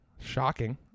Shocking